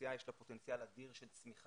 לתעשייה יש פוטנציאל אדיר של צמיחה,